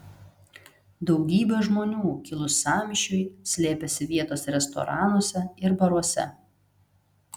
daugybė žmonių kilus sąmyšiui slėpėsi vietos restoranuose ir baruose